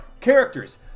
Characters